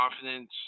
confidence